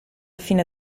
fine